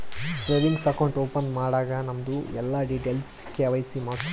savings account open ಮಾಡಾಗ್ ನಮ್ದು ಎಲ್ಲಾ ಡೀಟೇಲ್ಸ್ ಕೆ.ವೈ.ಸಿ ಮಾಡುಸ್ತಾರ್